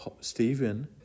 Stephen